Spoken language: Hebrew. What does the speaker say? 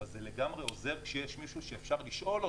אבל זה לגמרי עוזר כשיש מישהו שאפשר לשאול אותו,